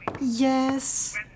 Yes